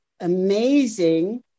amazing